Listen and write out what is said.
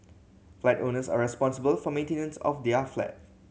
flat owners are responsible for maintenance of their flat